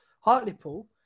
Hartlepool